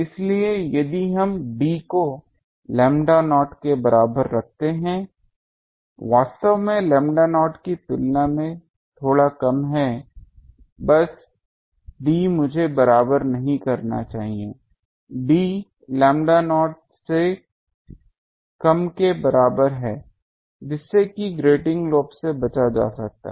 इसलिए यदि हम d को लैम्ब्डा नॉट के बराबर रखते हैं वास्तव में लैम्बडा नॉट की तुलना में थोड़ा कम है बस d मुझे बराबर नहीं कहना चाहिए d लैम्ब्डा नॉट से कम के बराबर है जिससे कि ग्रेटिंग लोब से बचा जाता है